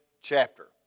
chapter